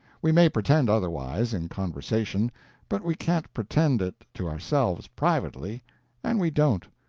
we may pretend otherwise, in conversation but we can't pretend it to ourselves privately and we don't.